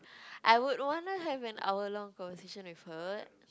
I would want to have an hour long conversation with her